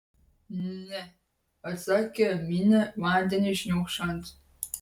ne atsakė minė vandeniui šniokščiant